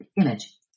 Image